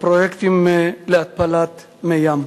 הפרויקטים להתפלת מי ים.